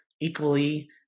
equally